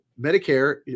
Medicare